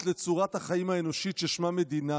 לצורת החיים האנושית ששמה מדינה";